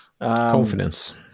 Confidence